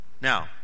Now